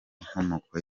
inkomoko